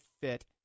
Fit